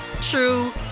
true